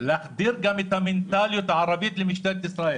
להחדיר גם את המנטליות הערבית למשטרת ישראל.